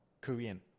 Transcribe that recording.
Korean